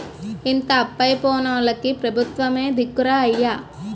ఇంత అప్పయి పోనోల్లకి పెబుత్వమే దిక్కురా అయ్యా